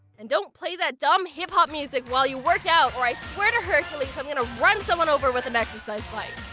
and don't play that dumb hip-hop music while you work out or i swear to hercules i'm gonna run someone over with an exercise bike!